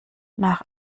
nach